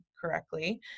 correctly